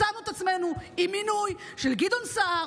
מצאנו את עצמנו עם מינוי של גדעון סער,